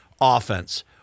offense